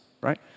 right